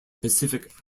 pacific